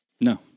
No